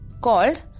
called